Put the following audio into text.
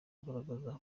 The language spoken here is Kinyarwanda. agaragaza